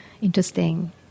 interesting